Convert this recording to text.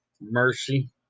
mercy